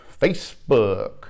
Facebook